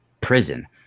prison